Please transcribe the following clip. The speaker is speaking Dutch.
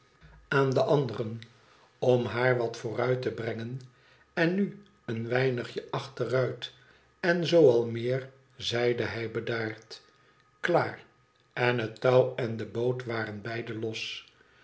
aan de anderen om haar wat vooruit te brengen en nu eenweinigje achteruit en zoo al meer zeide hij bedaard f klaar en het touw en de boot waren beide los